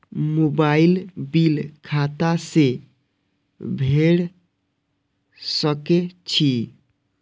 Mobile bill खाता से भेड़ सके छि?